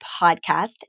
podcast